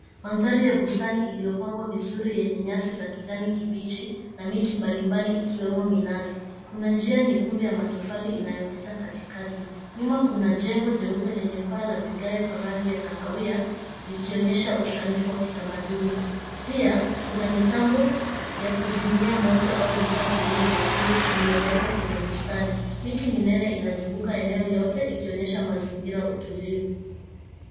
Mandhari ya bustani iliyopangwa vizuri yenye nyasi za kijani kibichi na miti mbalimbali ikiwemo minazi. Kuna njia nyekundu ya matofali inayopita katikati. Nyuma kuna jengo jeupe lenye paa la vigae kwa rangi ya kahawia, likionyesha usanifu wa kitamaduni. Pia, kuna mitambo ya kuzimia moto au vifaa vingine vyekundu vimewekwa kwenye bustani. Miti minene inazunguka eneo lote ikionyesha mazingira utulivu.